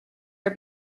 are